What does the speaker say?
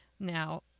now